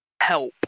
Help